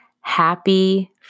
happy